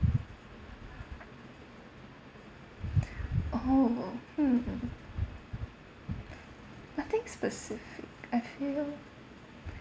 oh hmm nothing specific I feel